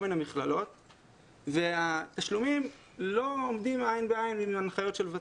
מיני מכללות והתשלומים לא עומדים עין בעין עם הנחיות ות"ת.